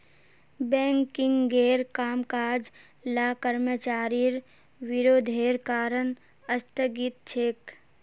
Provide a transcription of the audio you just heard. बैंकिंगेर कामकाज ला कर्मचारिर विरोधेर कारण स्थगित छेक